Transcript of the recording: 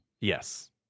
Yes